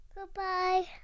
Goodbye